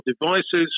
devices